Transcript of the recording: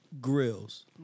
grills